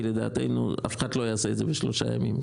לדעתנו אף אחד לא יעשה את זה בשלושה ימים.